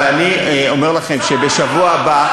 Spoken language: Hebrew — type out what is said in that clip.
אבל אני אומר לכם שבשבוע הבא,